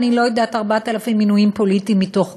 אני לא יודעת 4,000 מינויים פוליטיים מתוך כמה,